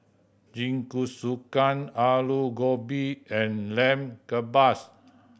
Jingisukan Alu Gobi and Lamb Kebabs